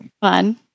Fun